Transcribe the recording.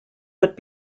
but